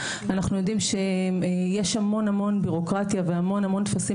אנחנו יודעים שיש המון בירוקרטיה והמון טפסים